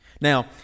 Now